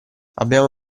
abbiamo